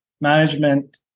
management